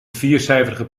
viercijferige